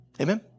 Amen